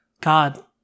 God